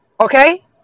Okay